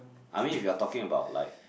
I mean if you're talking about like